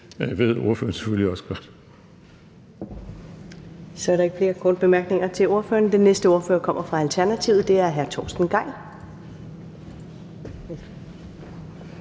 næstformand (Karen Ellemann): Så er der ikke flere korte bemærkninger til ordføreren. Den næste ordfører kommer fra Alternativet, og det er hr. Torsten Gejl.